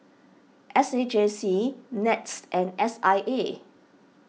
S A J C NETS and S I A